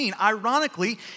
Ironically